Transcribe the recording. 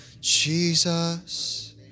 Jesus